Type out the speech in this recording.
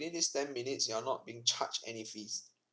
within this ten minutes you're not being charged any fees